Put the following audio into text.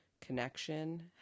connection